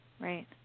right